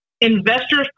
investors